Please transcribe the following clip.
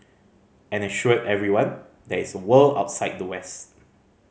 and assured everyone there is a world outside the west